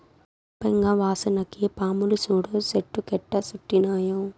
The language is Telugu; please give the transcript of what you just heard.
సంపెంగ వాసనకి పాములు సూడు చెట్టు కెట్టా సుట్టినాయో